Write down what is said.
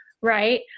Right